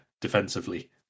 defensively